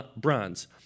bronze